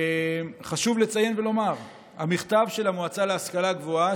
חשוב לציין ולומר: המכתב של המועצה להשכלה גבוהה,